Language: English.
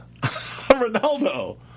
Ronaldo